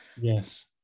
Yes